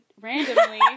randomly